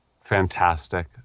fantastic